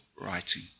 writing